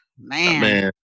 Man